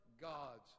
God's